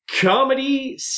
comedy